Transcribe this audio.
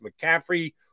McCaffrey